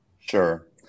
Sure